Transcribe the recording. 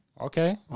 Okay